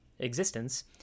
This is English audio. existence